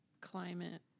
climate